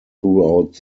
throughout